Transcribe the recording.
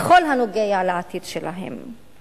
בכל הנוגע לעתיד שלהם.